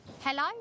Hello